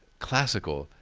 classical,